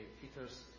Peter's